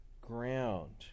ground